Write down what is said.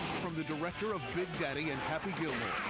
from the director of big daddy and happy gilmore.